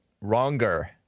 wronger